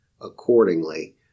accordingly